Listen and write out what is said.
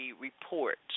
reports